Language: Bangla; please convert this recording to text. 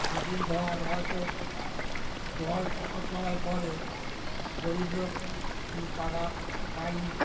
মাটির ঘর হয়তো জল সব সময় পড়ে গরীব লোক কিন্তু পাকা বাড়ির